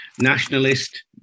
nationalist